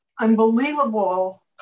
unbelievable